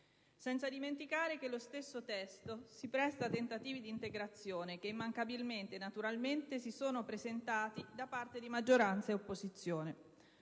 senza dimenticare che lo stesso testo si presta a tentativi di integrazione che immancabilmente e naturalmente sono stati posti in essere da parte di maggioranza e opposizione.